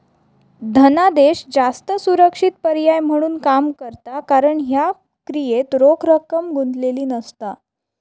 धनादेश जास्त सुरक्षित पर्याय म्हणून काम करता कारण ह्या क्रियेत रोख रक्कम गुंतलेली नसता